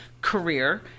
career